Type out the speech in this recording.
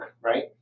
right